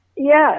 Yes